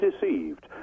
deceived